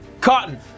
Cotton